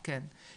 כן.